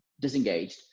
disengaged